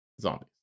zombies